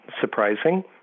surprising